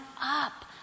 up